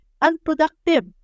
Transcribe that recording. unproductive